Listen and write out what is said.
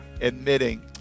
admitting